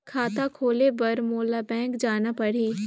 खाता खोले बर मोला बैंक जाना परही?